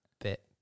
bit